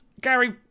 gary